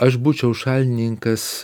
aš būčiau šalininkas